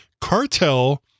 cartel